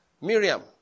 Miriam